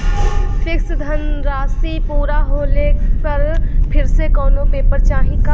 Fix धनराशी पूरा होले पर फिर से कौनो पेपर चाही का?